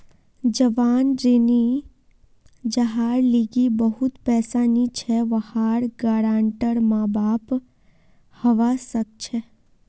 जवान ऋणी जहार लीगी बहुत पैसा नी छे वहार गारंटर माँ बाप हवा सक छे